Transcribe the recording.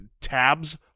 tabs